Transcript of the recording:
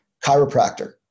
chiropractor